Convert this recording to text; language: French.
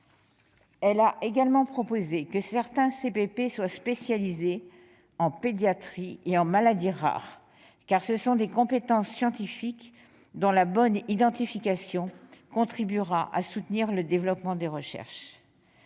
Elle a également proposé que certains CPP soient spécialisés en pédiatrie et en maladies rares, car ce sont des compétences spécifiques, dont la bonne identification contribuera à soutenir le développement des recherches.